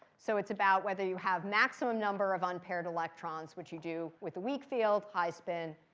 so it's about whether you have maximum number of unpaired electrons, which you do with weak field, high spin,